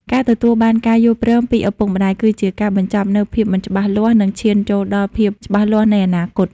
ការទទួលបានការយល់ព្រមពីឪពុកម្ដាយ គឺជាការបញ្ចប់នូវភាពមិនច្បាស់លាស់ និងឈានចូលដល់ភាពច្បាស់លាស់នៃអនាគត។